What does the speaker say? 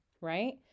right